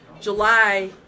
july